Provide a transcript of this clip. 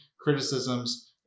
criticisms